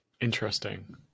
Interesting